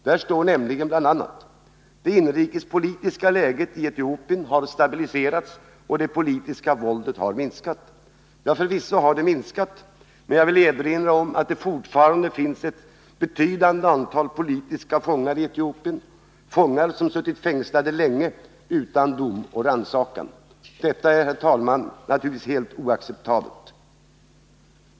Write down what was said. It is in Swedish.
Där står nämligen bl.a.: ”Det inrikespolitiska läget i Etiopien har stabiliserats och det politiska våldet har minskat.” Förvisso har det minskat, men jag vill erinra om att det fortfarande finns ett betydande antal politiska fångar i Etiopien, fångar som suttit fängslade länge utan dom och rannsakan. Detta är, herr talman, naturligtvis helt oacceptabelt.